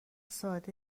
ساده